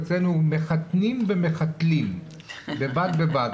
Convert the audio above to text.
אצלנו מחתנים ומחתלים בד בבד.